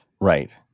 Right